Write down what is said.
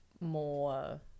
more